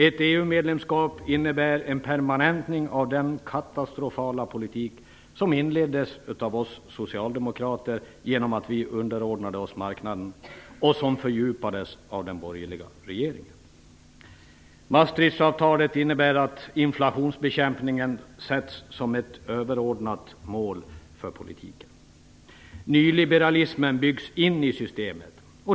Ett EU medlemskap innebär en permanentning av den katastrofala politik som inleddes av oss socialdemokrater genom att vi underordnade oss marknaden och som fördjupades av den borgerliga regeringen. Maastrichtavtalet innebär att inflationsbekämpningen sätts som ett överordnat mål för politiken. Nyliberalismen byggs in i systemet.